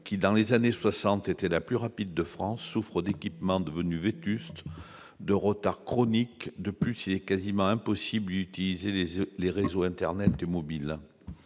était dans les années 1960 la plus rapide de France, souffre d'équipements devenus vétustes et de retards chroniques. En outre, il est quasiment impossible d'y utiliser les réseaux internet et de